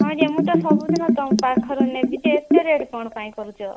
ହଁ ଯେ ମୁଁ ତ ସବୁଦିନ ତମ ପାଖରୁ ନେବି ଯେ ଏତେ ରେଟ୍ କଣ ପାଇଁ କରୁଛ